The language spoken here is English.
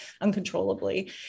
uncontrollably